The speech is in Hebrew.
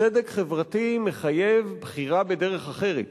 צדק חברתי מחייב בחירה בדרך אחרת.